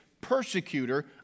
persecutor